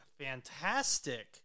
fantastic